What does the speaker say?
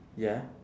ya